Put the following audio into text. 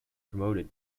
promoted